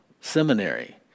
seminary